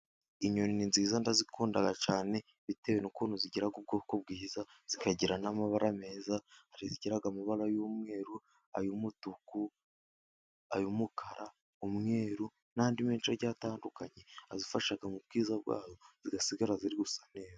Inyoni ni nziza ndazikunda cyane, bitewe n'uko zigira ubwoko bwiza, zikagira n'amabara meza. Hari izigira amabara y'umweru, ay'umutuku, ay'umukara, umweru n'andi menshi agiye atandukanye, azifasha mu bwiza bwazo. Zigasigara ziri gusa neza.